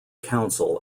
council